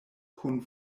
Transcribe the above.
kun